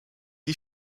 die